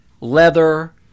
leather